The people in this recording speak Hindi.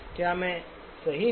क्या मैं सही हू